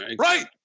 right